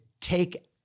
take